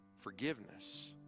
forgiveness